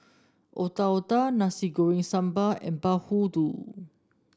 Otak Otak Nasi Goreng Sambal and bahulu